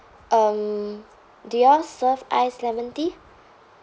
um do you all serve iced lemon tea